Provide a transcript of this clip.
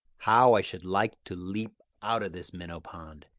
how i should like to leap out of this minnow-pond,